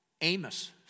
Amos